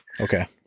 okay